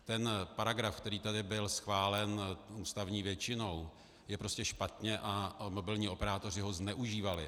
Ten paragraf, který tady byl schválen ústavní většinou, je prostě špatně a mobilní operátoři ho zneužívali.